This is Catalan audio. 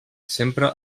sempre